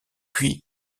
puis